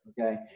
Okay